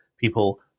people